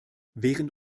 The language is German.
während